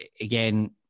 again